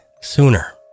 sooner